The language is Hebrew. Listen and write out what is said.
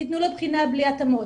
תתנו לו בחינה בלי התאמות.